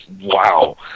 wow